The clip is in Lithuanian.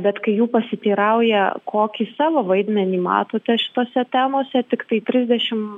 bet kai jų pasiteirauja kokį savo vaidmenį matote šitose temose tiktai trisdešim